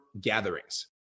gatherings